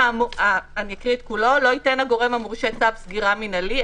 אני אקרא את כולו: "לא ייתן הגורם המורשה צו סגירה מינהלי ---,